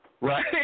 Right